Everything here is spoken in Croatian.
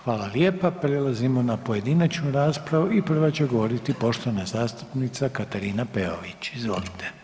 Hvala lijepa, prelazimo na pojedinačnu raspravu i prva će govoriti poštovana zastupnica Katarina Peović, izvolite.